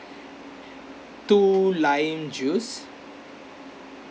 two lime juice